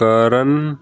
ਕਰਨ